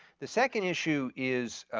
the second issue is